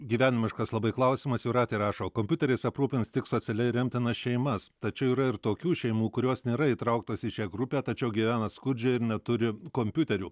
gyvenimiškas labai klausimas jūratė rašo kompiuteriais aprūpins tik socialiai remtinas šeimas tačiau yra ir tokių šeimų kurios nėra įtrauktos į šią grupę tačiau gyvena skurdžiai ir neturi kompiuterių